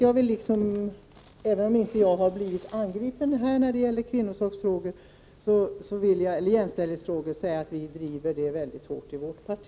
Även om jag här inte har blivit angripen när det gäller kvinnosaksfrågor eller jämställdhetsfrågor, vill jag säga att vi driver dessa mycket hårt i vårt parti.